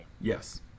yes